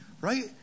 right